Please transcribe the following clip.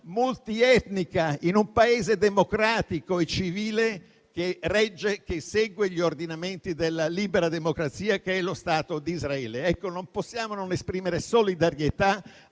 multietnica, in un Paese democratico e civile che segue gli ordinamenti della libera democrazia, che è lo Stato di Israele. Non possiamo non esprimere solidarietà